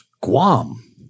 Guam